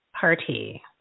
party